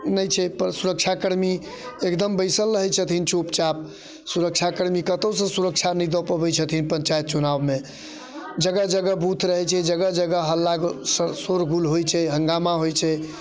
नहि छै पर सुरक्षाकर्मी एकदम बैसल रहैत छथिन चुपचाप सुरक्षाकर्मी कतहुँ सुरक्षा नहि दऽ पबैत छथिन पञ्चायत चुनाओमे जगह जगह बूथ रहैत छै जगह जगह हल्ला शोर गुल होइत छै हंगामा होइत छै